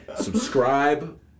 Subscribe